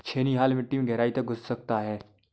छेनी हल मिट्टी में गहराई तक घुस सकता है